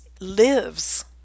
lives